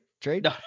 trade